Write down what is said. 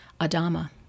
Adama